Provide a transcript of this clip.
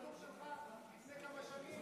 שלך לפני כמה שנים,